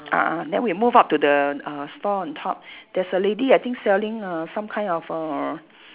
ah ah then we move up to the uh store on top there's a lady I think selling err some kind of err